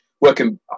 working